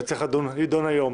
שצריך להידון היום.